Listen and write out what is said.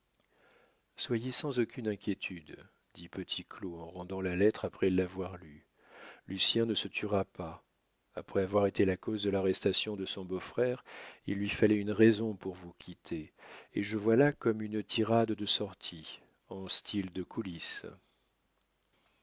soyez sans aucune inquiétude dit petit claud en rendant la lettre après l'avoir lue lucien ne se tuera pas après avoir été la cause de l'arrestation de son beau-frère il lui fallait une raison pour vous quitter et je vois là comme une tirade de sortie en style de coulisses